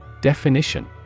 Definition